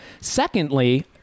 Secondly